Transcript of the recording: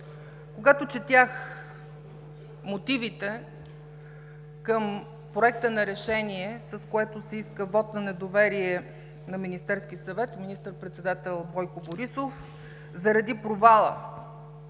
Когато четях мотивите към Проекта на решение, с което се иска вот на недоверие на Министерския съвет с министър председател Бойко Борисов, заради провала